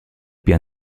più